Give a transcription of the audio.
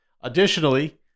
Additionally